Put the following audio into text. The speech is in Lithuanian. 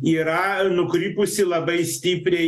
yra nukrypusi labai stipriai